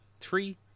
three